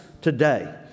today